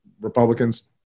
Republicans